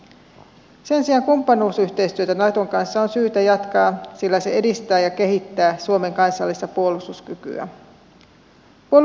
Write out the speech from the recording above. sen sijaan kumppanuusyhteistyötä naton kanssa on syytä jatkaa sillä se edistää ja kehittää suomen kansallista puolustuskykyä